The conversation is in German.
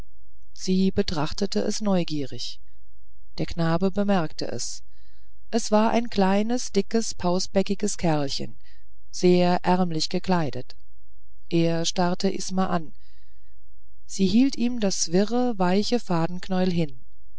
sie betrachtete es neugierig der knabe bemerkte es es war ein kleines dickes pausbäckiges kerlchen sehr ärmlich gekleidet er starrte isma an sie hielt ihm das wirre weiche fadenknäuel hin